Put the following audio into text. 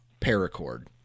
paracord